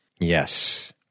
Yes